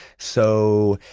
so,